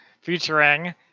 Featuring